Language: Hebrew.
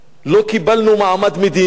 לא קיבלנו מעמד מדיני.